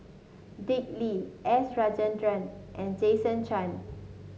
Dick Lee S Rajendran and Jason Chan